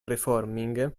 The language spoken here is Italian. reforming